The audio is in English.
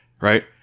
right